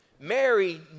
Mary